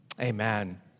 Amen